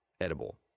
edible